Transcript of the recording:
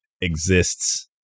exists